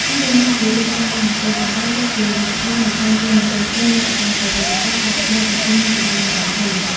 នេះមិនមែនជារឿងចៃដន្យនោះទេ ប៉ុន្តែវាជាលទ្ធផលនៃការរួមបញ្ចូលគ្នានៃកត្តាប្រវត្តិសាស្ត្រ វប្បធម៌ សង្គម និងជំនឿផ្ទាល់ខ្លួន។